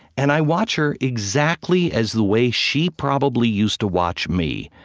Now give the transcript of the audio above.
and i watch her exactly as the way she probably used to watch me.